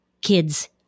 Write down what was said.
kids